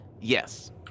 Yes